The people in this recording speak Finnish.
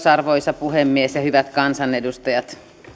arvoisa puhemies ja hyvät kansanedustajat